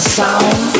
sound